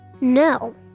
No